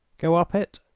go up it,